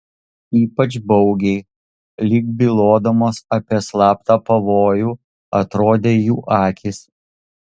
ypač baugiai lyg bylodamos apie slaptą pavojų atrodė jų akys